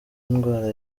indwara